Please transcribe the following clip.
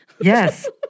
Yes